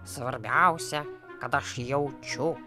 svarbiausia kad aš jaučiu